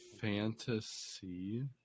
Fantasy